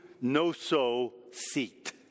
no-so-seat